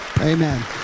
Amen